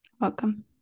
Welcome